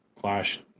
clash